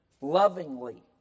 Lovingly